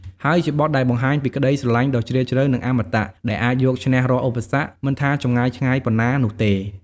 ហើយជាបទដែលបង្ហាញពីក្តីស្រឡាញ់ដ៏ជ្រាលជ្រៅ និងអមតៈ ដែលអាចយកឈ្នះរាល់ឧបសគ្គ មិនថាចម្ងាយឆ្ងាយប៉ុណ្ណានោះទេ។